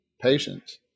patience